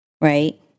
Right